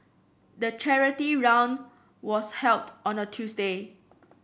the charity run was held on a Tuesday